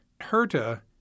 Herta